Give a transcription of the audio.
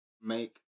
make